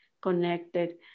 connected